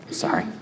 Sorry